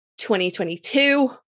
2022